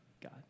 God